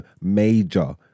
Major